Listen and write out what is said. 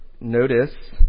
notice